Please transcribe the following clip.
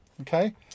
Okay